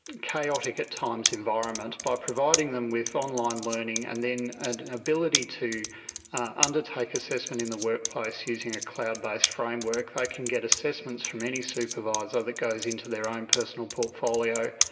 chaotic at times environment by providing them with online learning and then and an ability to ah undertake undertake assessment in the workplace using a cloud-based framework. they can get assessments from any supervisor that goes into their own personal portfolio,